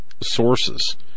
sources